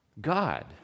God